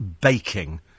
baking